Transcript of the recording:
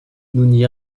n’y